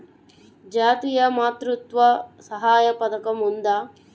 జాతీయ మాతృత్వ సహాయ పథకం ఉందా?